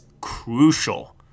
crucial